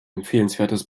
empfehlenswertes